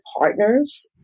partners